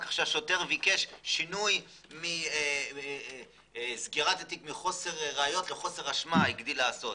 שהשוטר ביקש שינוי מסגירת התיק מחוסר ראיות לחוסר אשמה הגדיל לעשות.